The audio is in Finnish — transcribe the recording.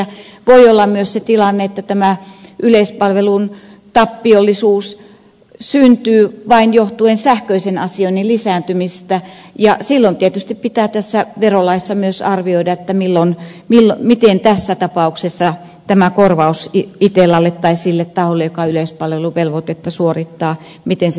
voi olla myös se tilanne että tämä yleispalvelun tappiollisuus syntyy johtuen vain sähköisen asioinnin lisääntymisestä ja silloin tietysti pitää tässä verolaissa myös arvioida miten tässä tapauksessa tämä korvaus itellalle tai sille taholla joka yleispalveluvelvoitetta suorittaa korvataan